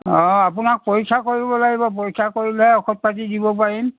অঁ আপোনাক পৰীক্ষা কৰিব লাগিব পৰীক্ষা কৰিলেহে ঔষধ পাতি দিব পাৰিম